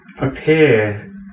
appear